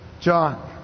John